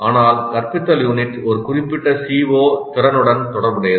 ஆனால் கற்பித்தல் யூனிட் ஒரு குறிப்பிட்ட CO திறனுடன் தொடர்புடையது